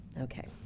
Okay